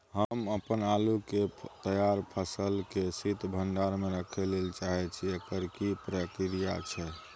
हम अपन आलू के तैयार फसल के शीत भंडार में रखै लेल चाहे छी, एकर की प्रक्रिया छै?